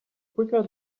quicker